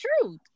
truth